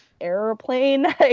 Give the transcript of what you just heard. airplane